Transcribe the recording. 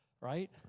right